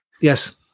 Yes